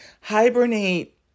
hibernate